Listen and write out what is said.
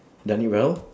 done well